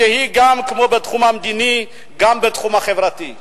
שכמו בתחום המדיני היא גם בתחום החברתי.